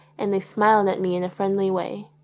and they smiled at me in a friendly way.